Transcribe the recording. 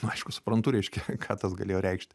aišku suprantu reiškia ką tas galėjo reikšti